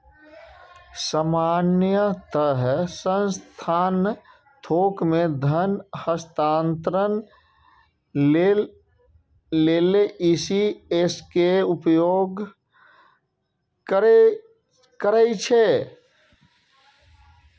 सामान्यतः संस्थान थोक मे धन हस्तांतरण लेल ई.सी.एस के उपयोग करै छै